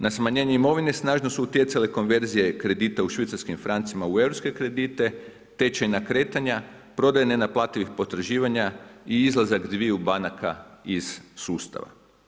Na smanjenje imovine snažno su utjecale konverzije kredita u švicarskim francima u europske kredite, tečajna kretanja, prodaj nenaplativih potraživanja i izlazak dviju banaka iz sustava.